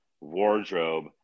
wardrobe